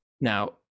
Now